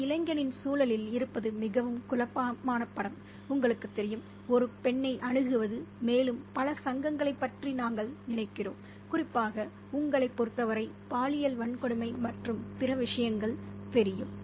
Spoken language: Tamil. ஒரு இளைஞனின் சூழலில் இருப்பது மிகவும் குழப்பமான படம் உங்களுக்குத் தெரியும் ஒரு பெண்ணை அணுகுவது மேலும் பல சங்கங்களைப் பற்றி நாங்கள் நினைக்கிறோம் குறிப்பாக உங்களைப் பொறுத்தவரை பாலியல் வன்கொடுமை மற்றும் பிற விஷயங்கள் தெரியும்